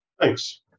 Thanks